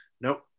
Nope